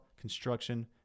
construction